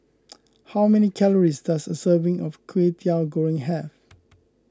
how many calories does a serving of Kway Teow Goreng have